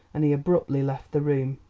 and he abruptly left the room.